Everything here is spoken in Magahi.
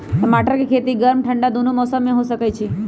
टमाटर के खेती गर्म ठंडा दूनो मौसम में हो सकै छइ